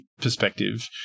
perspective